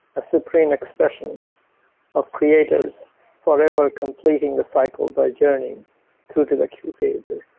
a supreme expression of creators forever completing the cycle by journeying through to the creator.